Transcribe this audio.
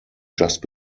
just